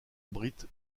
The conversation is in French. abrite